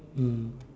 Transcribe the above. mm